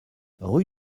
rue